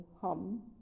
hum